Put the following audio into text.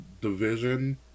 division